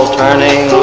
turning